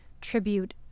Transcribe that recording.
tribute